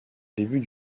début